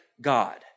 God